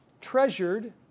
treasured